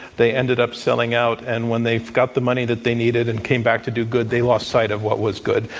they ended up selling out. and when they got the money that they needed and came back to do good, that they lost sight of what was good.